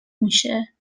میشه